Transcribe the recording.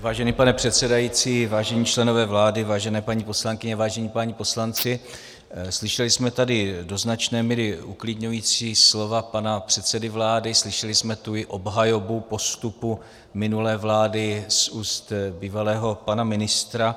Vážený pane předsedající, vážení členové vlády, vážené paní poslankyně, vážení páni poslanci, slyšeli jsme tady do značné míry uklidňující slova pana předsedy vlády, slyšeli jsme tu i obhajobu postupu minulé vlády z úst bývalého pana ministra.